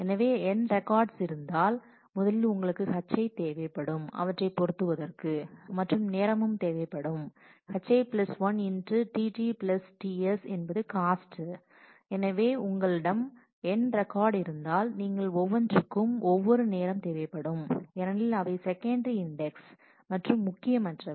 எனவே n records இருந்தால் முதலில் உங்களுக்கு hi தேவைப்படும் அவற்றை பொருத்துவதற்கு மற்றும் நேரமும் தேவைப்படும் hi 1 tT tS என்பது காஸ்ட் உங்கள் இடம் n ரெக்கார்ட் இருந்தால் நீங்கள் ஒவ்வொன்றிற்கும் ஒவ்வொரு நேரம் தேவைப்படும் ஏனெனில் அவை செகண்டரி இண்டெக்ஸ் மற்றும் முக்கியமற்றவை